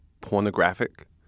pornographic